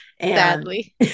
Sadly